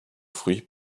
fruit